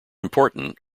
important